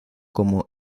como